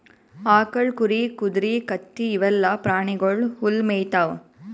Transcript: ಆಕಳ್, ಕುರಿ, ಕುದರಿ, ಕತ್ತಿ ಇವೆಲ್ಲಾ ಪ್ರಾಣಿಗೊಳ್ ಹುಲ್ಲ್ ಮೇಯ್ತಾವ್